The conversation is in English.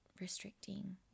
restricting